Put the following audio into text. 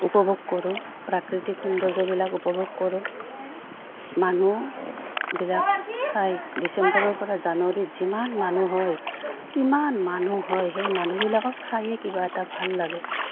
উপভোগ কৰোঁ প্ৰাকৃতিক সৌন্দৰ্যবিলাক উপভোগ কৰোঁ মানুহবিলাক চাই ডিচেম্বৰৰ পৰা জানুৱাৰীত যিমান মানুহ হয় কিমান মানুহ হয় সেই মানুহবিলাকক চায়েই কিবা এটা ভাল লাগে